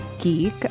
geek